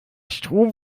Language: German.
strom